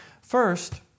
First